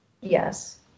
Yes